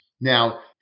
Now